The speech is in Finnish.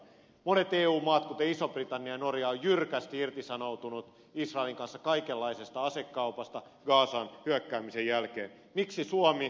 monet eu maat kuten iso britannia ja norja ovat jyrkästi irtisanoutuneet kaikenlaisesta asekaupasta israelin kanssa gazaan hyökkäämisen jälkeen